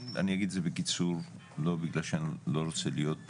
אני אגיד את זה בקיצור לא בגלל שאני לא רוצה להיות פה.